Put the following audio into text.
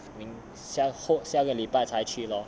明下后下个礼拜才去 lor